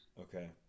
Okay